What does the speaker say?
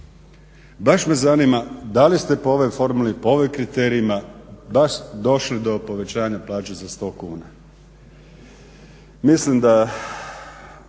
Baš me zanima da li ste po ovoj formuli, po ovim kriterijima baš došli do povećanja plaće za sto kuna. Mislim da